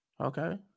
Okay